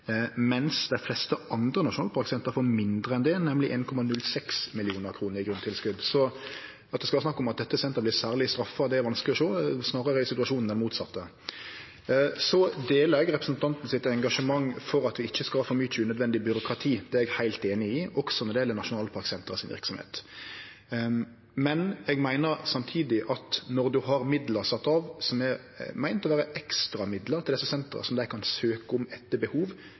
dei fleste andre nasjonalparksenter får mindre enn det, nemleg 1,06 mill. kr i grunntilskot. Så at dette senteret vert særleg straffa, er vanskeleg å sjå. Situasjonen er snarare den motsette. Så deler eg representanten sitt engasjement for at vi ikkje skal ha for mykje unødvendig byråkrati. Det er eg heilt einig i, også når det gjeld verksemda til nasjonalparksentera. Men eg meiner samtidig at når ein har sett av midlar som er meinte å vere ekstra midlar til desse sentera, og som dei kan søkje om etter behov,